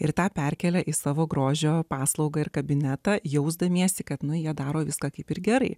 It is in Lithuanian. ir tą perkelia į savo grožio paslaugą ir kabinetą jausdamiesi kad nuėję daro viską kaip ir gerai